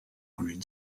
green